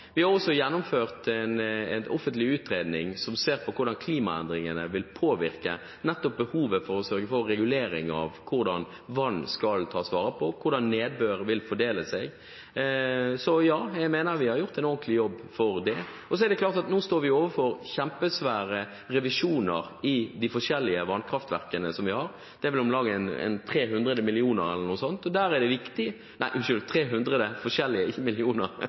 Vi har også gjennomført en offentlig utredning som ser på hvordan klimaendringene vil påvirke nettopp behovet for å sørge for regulering av hvordan vann skal tas vare på, og hvordan nedbør vil fordele seg. Så, ja, jeg mener vi har gjort en ordentlig jobb med dette. Det er klart at vi nå står overfor kjempesvære revisjoner i de forskjellige vannkraftverkene vi har. Det er vel om lag 300 forskjellige vilkårsrevisjoner som skal gjøres. I den forbindelse er det klart at det er viktig